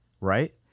right